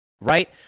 right